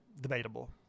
Debatable